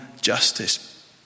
justice